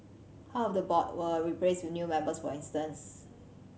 half of the board were replaced with new members for instance